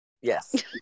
Yes